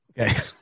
okay